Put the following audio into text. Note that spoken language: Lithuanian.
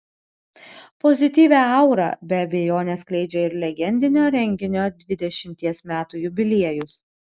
pozityvią aurą be abejonės skleidžia ir legendinio renginio dvidešimties metų jubiliejus